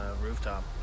rooftop